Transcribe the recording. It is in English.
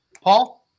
Paul